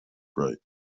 bright